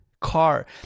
car